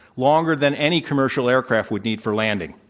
longer than any commercial aircraft would need for landing,